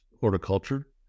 horticulture